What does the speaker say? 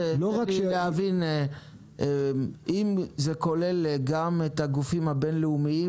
אם זה כולל גם את הגופים הבין-לאומיים